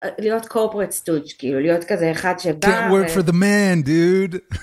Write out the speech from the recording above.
‫להיות קורפרט סטודג' ‫כאילו להיות כזה אחד שבא... ‫-work for the man dude